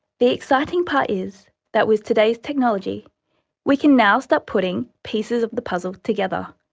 the exciting part is that with today's technology we can now start putting pieces of the puzzle together.